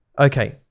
okay